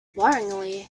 worryingly